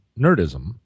nerdism